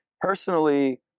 personally